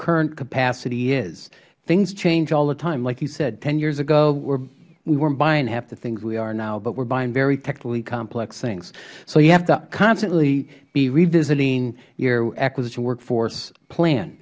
current capacity is things change all the time like you said ten years ago we werent buying half the things we are now but we are buying very technically complex things so you have to constantly be revisiting your acquisition workforce